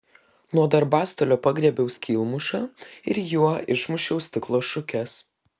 nuo darbastalio pagriebiau skylmušą ir juo išmušiau stiklo šukes